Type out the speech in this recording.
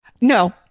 No